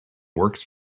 works